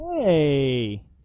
hey